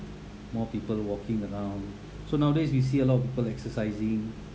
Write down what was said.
more people walking around so nowadays you see a lot of people exercising